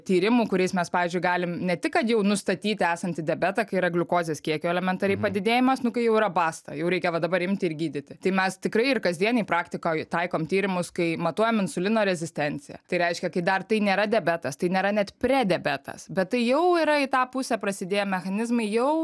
tyrimų kuriais mes pavyzdžiui galim ne tik kad jau nustatyti esantį diabetą kai yra gliukozės kiekio elementariai padidėjimas nu kai jau yra basta jau reikia va dabar imti ir gydyti tai mes tikrai ir kasdienėj praktikoj taikom tyrimus kai matuojam insulino rezistenciją tai reiškia kai dar tai nėra diabetas tai nėra net prediabetas bet tai jau yra į tą pusę prasidėję mechanizmai jau